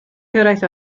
cyrraedd